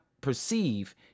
perceive